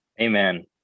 Amen